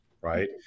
right